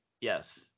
yes